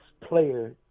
player